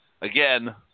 again